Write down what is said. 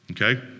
Okay